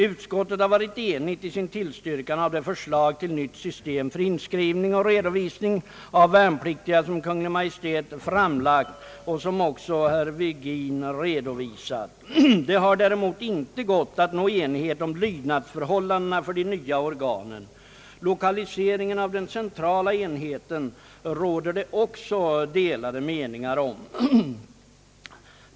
Utskottet har varit enigt i sin tillstyrkan av det förslag till nytt system för inskrivning och redovisning av värnpliktiga som Kungl. Maj:t framlagt och som herr Virgin nyss har redovisat. Det har däremot inte gått att nå enighet om lydnadsförhållandena för de nya organen. Lokaliseringen av den centrala enheten råder det också delade meningar om.